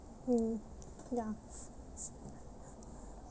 mm ya